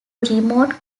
remote